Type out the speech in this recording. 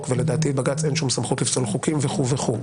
ולדעתי לבג"צ אין שום סמכות לפסול חוקים וכולי וכולי.